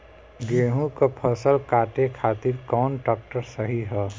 गेहूँक फसल कांटे खातिर कौन ट्रैक्टर सही ह?